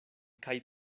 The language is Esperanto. kaj